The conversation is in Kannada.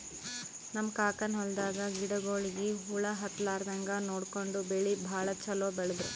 ನಮ್ ಕಾಕನ್ ಹೊಲದಾಗ ಗಿಡಗೋಳಿಗಿ ಹುಳ ಹತ್ತಲಾರದಂಗ್ ನೋಡ್ಕೊಂಡು ಬೆಳಿ ಭಾಳ್ ಛಲೋ ಬೆಳದ್ರು